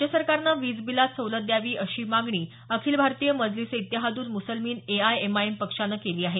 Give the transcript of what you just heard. राज्य सरकारनं वीज बिलात सवलत द्यावी अशी मागणी अखिल भारतीय मजलिस ए इत्तेहादूल मुसलमिन एआयएमआयएम पक्षानं केली आहे